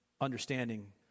understanding